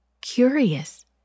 Curious